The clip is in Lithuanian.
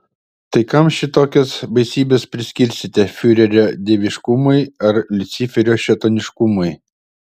tai kam šitokias baisybes priskirsite fiurerio dieviškumui ar liuciferio šėtoniškumui